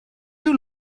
you